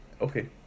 Okay